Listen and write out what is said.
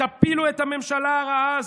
תפילו את הממשלה הרעה הזאת.